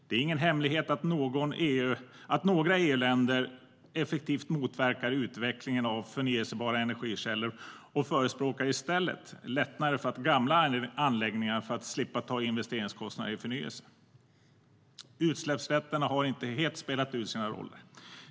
Det är ingen hemlighet att några EU-länder effektivt motverkar utvecklingen av förnybara energikällor och i stället förespråkar lättnader för gamla anläggningar för att slippa ta investeringskostnader i förnyelse. Utsläppsrätterna har inte helt spelat ut sin roll.